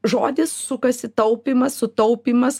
žodis sukasi taupymas sutaupymas